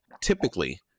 Typically